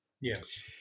Yes